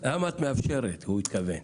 למה את מאפשרת, הוא התכוון.